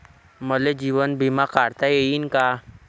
मले जीवन बिमा काढता येईन का?